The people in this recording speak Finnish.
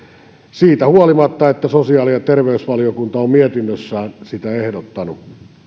siitä huolimatta että sosiaali ja terveysvaliokunta on mietinnössään sitä ehdottanut